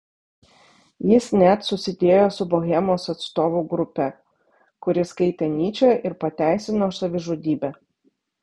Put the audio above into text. jis net susidėjo su bohemos atstovų grupe kuri skaitė nyčę ir pateisino savižudybę